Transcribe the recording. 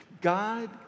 God